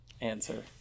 answer